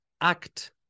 act